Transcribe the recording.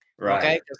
Right